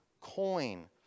coin